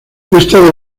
esta